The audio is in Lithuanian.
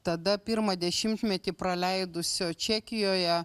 tada pirmą dešimtmetį praleidusio čekijoje